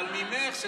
אבל ממך,